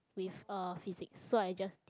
with uh physics so I just did